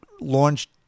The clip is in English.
launched